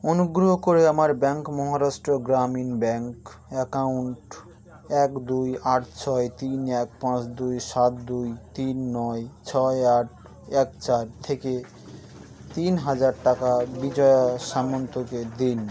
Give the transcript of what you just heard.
অনুগ্রহ করে আমার bank Maharashtra Gramin bank account এক দুই আট ছয় তিন এক পাঁচ দুই সাত দুই তিন নয় ছয় আট এক চার থেকে তিন হাজার টাকা বিজয়া সামন্তকে দিন